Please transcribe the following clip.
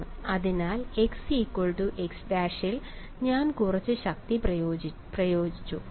അതിനാൽ xx ൽ ഞാൻ കുറച്ച് ശക്തി പ്രയോഗിച്ചു